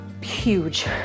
huge